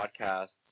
podcasts